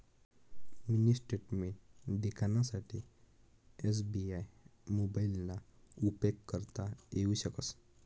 mini statement देखानासाठे SBI मोबाइलना उपेग करता येऊ शकस